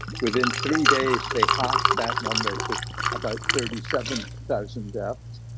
within three days they halved that number to about thirty seven thousand deaths,